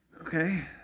Okay